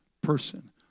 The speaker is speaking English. Person